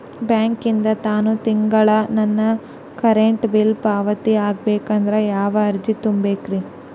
ಬ್ಯಾಂಕಿಂದ ತಾನ ತಿಂಗಳಾ ನನ್ನ ಕರೆಂಟ್ ಬಿಲ್ ಪಾವತಿ ಆಗ್ಬೇಕಂದ್ರ ಯಾವ ಅರ್ಜಿ ತುಂಬೇಕ್ರಿ?